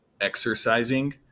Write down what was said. exercising